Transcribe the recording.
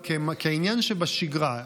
כעניין שבשגרה,